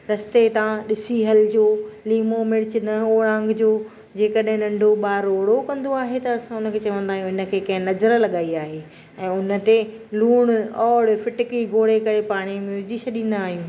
रस्ते तां ॾिसी हलिजो लीमो मिर्च न ओरांघजो जेकॾहिं नंढो ॿारु रोड़ो कंदो आहे त असां हुनखे चवंदा आहियूं हिनखे कंहिं नज़र लॻाई आहे ऐं उन ते लूणु औरु फिटकी घोरे करे पाणीय में विझी छॾींदा आहियूं